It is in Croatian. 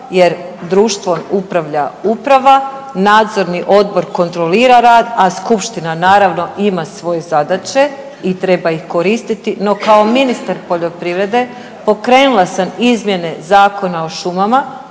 jer društvom upravlja uprava, nadzorni odbor kontrolira rad, a skupština naravno ima svoje zadaće i treba ih koristiti, no kao ministar poljoprivrede pokrenula sam izmjene Zakona o šumama